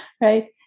right